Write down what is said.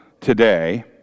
today